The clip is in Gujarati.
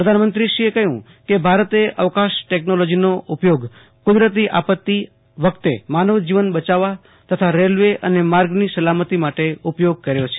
પ્રધાનમંત્રી એ કહ્યું કે ભારતે અવકાશ ટેકનોલોજીનો ઉપયોગ ક્રુદરતી આપત્તી વખતે માનવ જીવન બચાવવા તથા રેલ્વે અને માર્ગની સલામતી માટે ઉપયોગ કર્યો છે